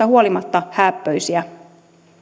huolimatta hääppöisiä